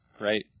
right